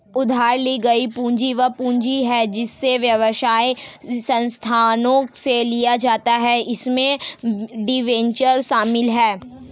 उधार ली गई पूंजी वह पूंजी है जिसे व्यवसाय संस्थानों से लिया जाता है इसमें डिबेंचर शामिल हैं